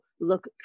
look